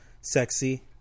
Sexy